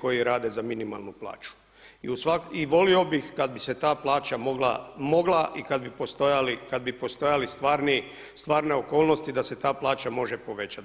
koji rade za minimalnu plaću i u volio bih kad bi se ta plaća mogla i kad bi postojali stvarne okolnosti da se ta plaća može povećati.